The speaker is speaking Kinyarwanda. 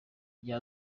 gihe